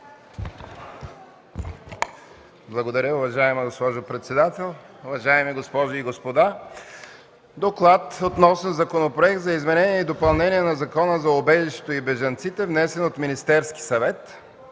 Благодаря, уважаема госпожо председател. Уважаеми госпожи и господа! „ДОКЛАД относно Законопроект за изменение и допълнение на Закона за убежището и бежанците, внесен от Министерския съвет